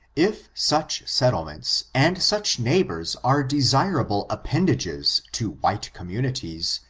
if such settlements and such neighbors are desirable appendages to white communities,